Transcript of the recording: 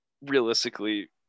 realistically